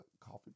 coffee